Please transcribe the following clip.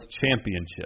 Championship